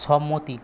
সম্মতি